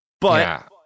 But-